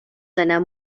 seiner